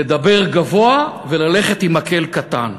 לדבר גבוה וללכת עם מקל קטן.